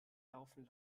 laufen